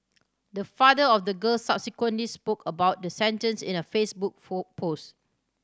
the father of the girl subsequently spoke about the sentence in a Facebook post